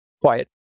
quiet